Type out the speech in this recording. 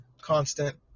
constant